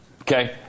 Okay